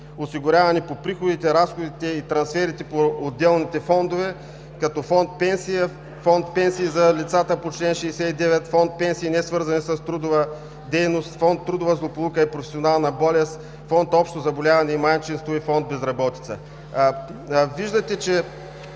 осигуряване по приходите, разходите и трансферите по отделните фондове като фонд „Пенсия“, фонд „Пенсии за лицата по чл. 69“, фонд „Пенсии, несвързани с трудова дейност“, фонд „Трудова злополука и професионална болест“, фонд „Общо заболяване и майчинство“ и фонд „Безработица“. Виждате, че